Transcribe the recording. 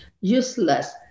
useless